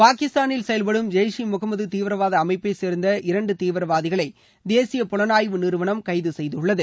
பாகிஸ்தானில் செயல்படும் ஜெய்ஷ் இ முகமது தீவிரவாத அமைப்பை சேர்ந்த இரண்டு தீவிரவாதிகளை தேசிய புலனாய்வு நிறுவனம் கைது செய்துள்ளது